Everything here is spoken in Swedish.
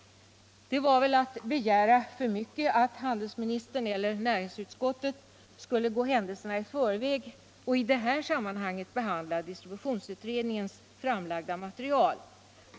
ket Det vore väl att begära för mycket att handelsministern eller näringsutskottet skulle gå händelserna i förväg i detta sammanhang och behandla distributionsutredningens framlagda material.